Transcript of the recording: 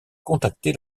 contacté